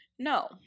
No